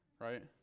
right